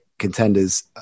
contenders